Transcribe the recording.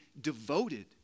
devoted